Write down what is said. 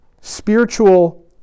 spiritual